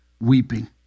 weeping